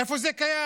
איפה זה קיים?